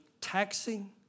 taxing